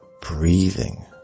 breathing